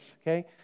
okay